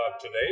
today